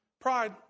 Pride